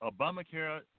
Obamacare